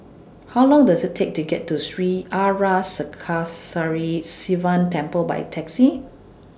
How Long Does IT Take to get to Sri Arasakesari Sivan Temple By Taxi